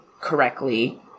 correctly